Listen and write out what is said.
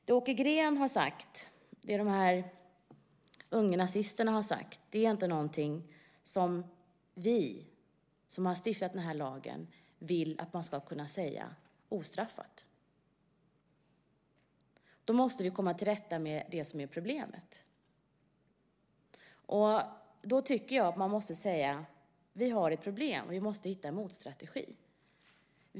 Det Åke Green och de unga nazisterna har sagt är inte någonting som vi som har stiftat lagen vill att man ska kunna säga ostraffat. Då måste vi komma till rätta med det som är problemet. Man måste säga: Vi har ett problem, och vi måste hitta en motstrategi.